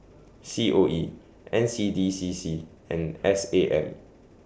C O E N C D C C and S A M